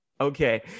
Okay